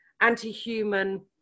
anti-human